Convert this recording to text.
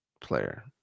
player